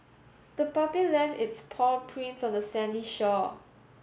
the puppy left its paw prints on the sandy shore